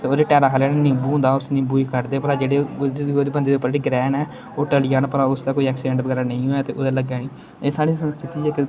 ते ओह्दे टैरा थल्लै निंबू होंदा उस निंबू गी कढदे भला जेह्ड़े उस बंदे उप्पर बी ग्रैह् न ओह् टली जान भला उसदा कोई एक्सीडैंट बगैरा नेईं होऐ ते कुतै लग्गै निं एह् साढ़ी संस्कृति च इक